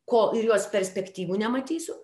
ko ir jos perspektyvų nematysiu